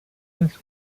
this